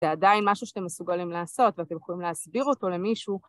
זה עדיין משהו שאתם מסוגלים לעשות ואתם יכולים להסביר אותו למישהו.